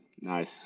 Nice